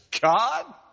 God